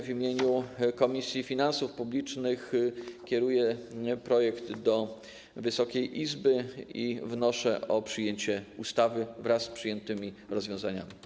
W imieniu Komisji Finansów Publicznych kieruję projekt do Wysokiej Izby i wnoszę o przyjęcie ustawy wraz z przyjętymi rozwiązaniami.